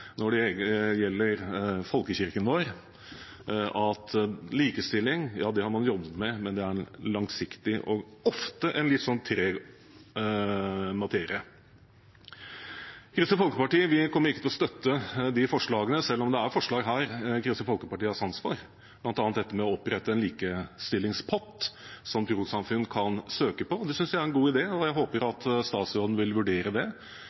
når det gjelder folkekirken vår – at likestilling har man jobbet med, men det er en langsiktig og ofte en litt treg materie. Kristelig Folkeparti kommer ikke til å støtte disse forslagene, selv om det er forslag her som Kristelig Folkeparti har sans for, bl.a. det å opprette en likestillingspott som trossamfunn kan søke på. Det synes jeg er en god idé, og jeg håper at statsråden vil vurdere det